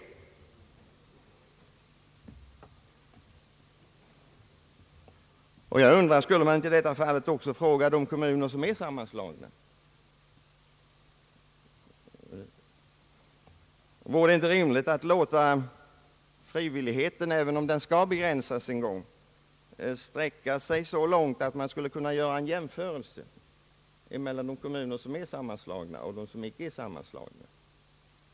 Men om man skall fråga skulle man inte i så fall också fråga de kommuner som är sammanslagna? Vore det inte rimligt att låta frivilligheten — även om den skall begränsas någon gång — sträcka sig så långt att man skulle kunna göra en jämförelse mellan de kommuner som är sammanslagna och dem som inte är sammanslagna.